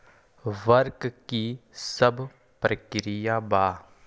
वक्र कि शव प्रकिया वा?